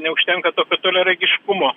neužtenka tokio toliaregiškumo